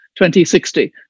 2060